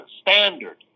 standard